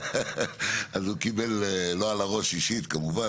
אז הוא קיבל לא על הראש אישית כמובן,